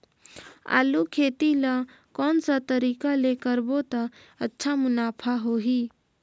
आलू खेती ला कोन सा तरीका ले करबो त अच्छा मुनाफा होही?